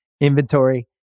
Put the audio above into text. inventory